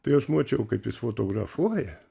tai aš mačiau kad jis fotografuoja